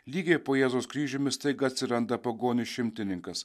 lygiai po jėzaus kryžiumi staiga atsiranda pagonis šimtininkas